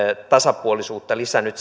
tasapuolisuutta lisännyt